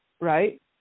Right